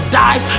die